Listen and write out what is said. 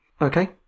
Okay